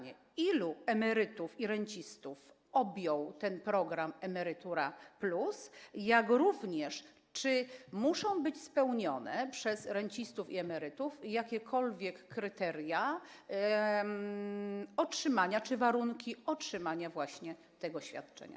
Ilu emerytów i rencistów objął ten program „Emerytura+”, jak również czy muszą być spełnione przez rencistów i emerytów jakiekolwiek kryteria czy warunki otrzymania właśnie tego świadczenia?